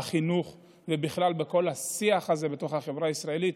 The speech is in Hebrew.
בחינוך ובכלל בכל השיח הזה בתוך החברה הישראלית,